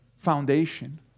foundation